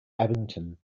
abington